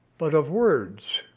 but of words